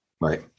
Right